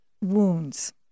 wounds